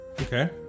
Okay